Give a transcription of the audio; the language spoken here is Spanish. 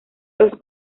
los